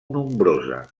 nombrosa